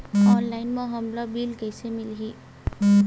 Online म हमला bill कइसे मिलही?